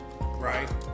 right